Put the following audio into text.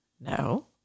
no